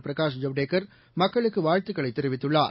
Prakash Javadekar மக்களுக்குவாழ்த்துக்களைதெரிவித்துள்ளார்